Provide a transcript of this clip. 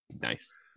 Nice